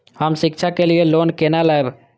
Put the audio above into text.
हम शिक्षा के लिए लोन केना लैब?